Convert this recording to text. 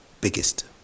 biggest